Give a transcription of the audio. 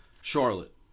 Charlotte